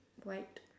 white